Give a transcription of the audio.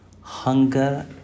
hunger